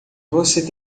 você